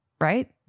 right